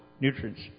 nutrients